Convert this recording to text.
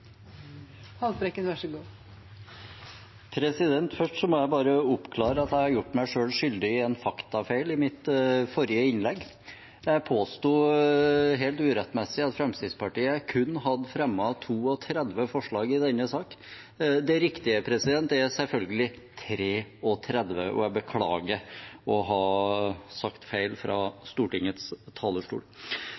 Først må jeg bare oppklare at jeg gjorde meg skyldig i en faktafeil i mitt forrige innlegg. Jeg påsto helt urettmessig at Fremskrittspartiet kun hadde fremmet 32 forslag i denne saken. Det riktige er selvfølgelig 33 forslag, og jeg beklager å ha sagt feil fra